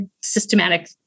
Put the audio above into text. systematic